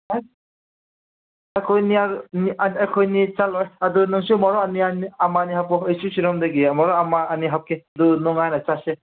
ꯑꯁ ꯑꯩꯈꯣꯏꯅꯤ ꯑꯗꯣ ꯑꯩꯈꯣꯏꯅꯤ ꯆꯠꯂꯣꯏ ꯑꯗꯣ ꯅꯪꯁꯨ ꯃꯔꯨꯞ ꯑꯅꯤ ꯑꯅꯤ ꯑꯃ ꯑꯅꯤ ꯍꯥꯞꯄꯣ ꯑꯩꯁꯨ ꯑꯁꯤꯔꯣꯝꯗꯒꯤ ꯃꯔꯨꯞ ꯑꯃ ꯑꯅꯤ ꯍꯥꯞꯀꯦ ꯑꯗꯨ ꯅꯨꯡꯉꯥꯏꯅ ꯆꯠꯁꯦ